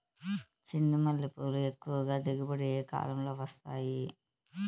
చెండుమల్లి పూలు ఎక్కువగా దిగుబడి ఏ కాలంలో వస్తాయి